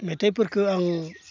मेथाइफोरखो आं